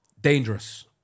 Dangerous